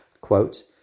quote